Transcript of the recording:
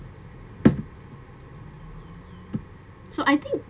so I think